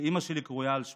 שאימא שלי קרויה על שמו.